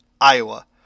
Iowa